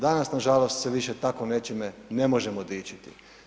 Danas nažalost, se više tako nečime ne možemo dičiti.